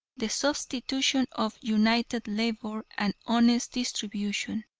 the substitution of united labor and honest distribution.